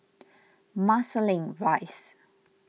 Marsiling Rise